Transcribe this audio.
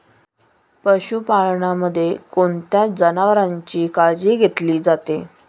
पशुपालनामध्ये कोणत्या जनावरांची काळजी घेतली जाते?